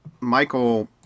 Michael